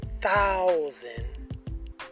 thousand